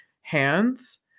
hands